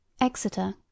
Exeter